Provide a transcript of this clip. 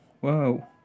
whoa